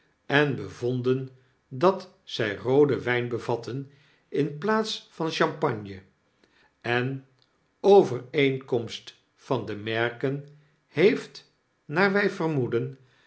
en bevonden dat zy rooden wyn bevatten in plaats van champagne en overeenkomst van de merken heeft naar wy vermoeden